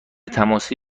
تماسی